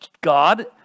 God